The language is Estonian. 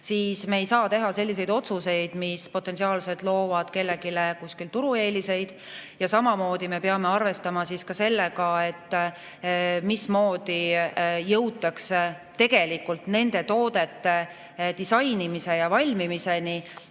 siis me ei saa teha selliseid otsuseid, mis potentsiaalselt loovad kellelegi kuskil turueeliseid. Samamoodi me peame arvestama sellega, mismoodi jõutakse tegelikult nende toodete disainimise ja valmimiseni